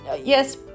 yes